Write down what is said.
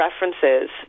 references